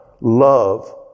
love